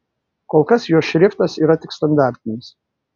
kol kas jos šriftas yra tik standartinis